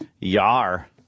Yar